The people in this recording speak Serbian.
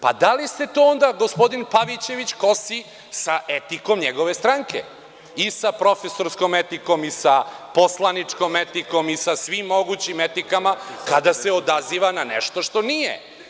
Pa, da li se to onda gospodin Pavićević kosi sa etikom njegove stranke i sa profesorskom etikom i sa poslaničkom etikom i sa svim mogućim etikama, kada se odaziva na nešto što nije?